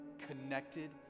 Connected